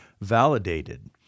validated